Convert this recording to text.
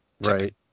Right